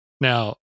Now